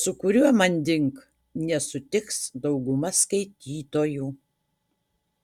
su kuriuo manding nesutiks dauguma skaitytojų